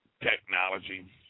technology